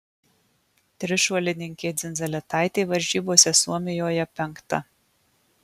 trišuolininkė dzindzaletaitė varžybose suomijoje penkta